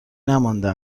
نمانده